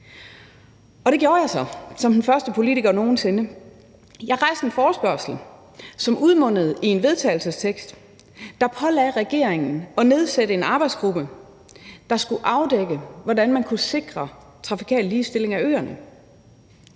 Og det gjorde jeg så som den første politiker nogen sinde. Jeg stillede en forespørgsel, som udmundede i et forslag til vedtagelse, der pålagde regeringen at nedsætte en arbejdsgruppe, der skulle afdække, hvordan man kunne sikre trafikal ligestilling af øerne,